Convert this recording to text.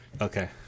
Okay